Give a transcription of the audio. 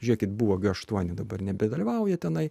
žiūrėkit buvo g aštuoni dabar nebedalyvauja tenai